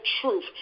truth